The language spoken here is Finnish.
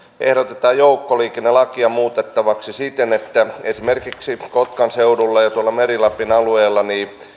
ehdotetaan joukkoliikennelakia muutettavaksi siten että esimerkiksi kotkan seudulla ja meri lapin alueella